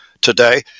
today